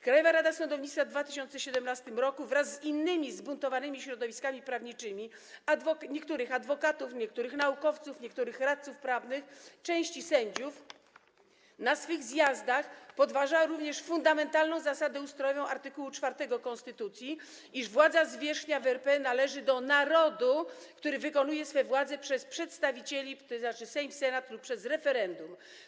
Krajowa Rada Sądownictwa w 2017 r. wraz z innymi zbuntowanymi środowiskami prawniczymi, niektórymi adwokatami, niektórymi naukowcami, niektórymi radcami prawnymi, częścią sędziów, na swych zjazdach podważała również fundamentalną zasadę ustrojową, art. 4 konstytucji, iż władza zwierzchnia w RP należy do narodu, który wykonuje swą władzę przez przedstawicieli, to znaczy Sejm, Senat, lub przez referendum.